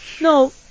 No